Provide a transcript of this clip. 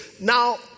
Now